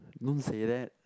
don't say that